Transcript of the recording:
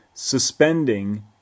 suspending